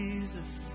Jesus